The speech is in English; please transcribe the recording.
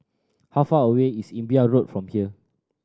how far away is Imbiah Road from here